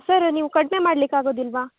sir ನೀವು ಕಡಿಮೆ ಮಾಡ್ಲಿಕ್ಕೆ ಆಗೋದಿಲ್ವಾ